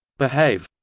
behav.